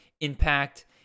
impact